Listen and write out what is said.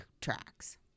tracks